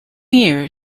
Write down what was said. year